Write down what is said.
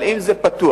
אבל אם זה פתוח,